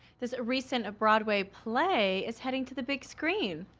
this recent broadway play is heading to the big screen.